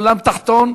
עולם תחתון,